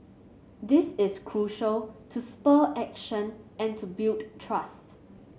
this is crucial to spur action and to build trust